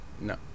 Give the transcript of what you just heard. no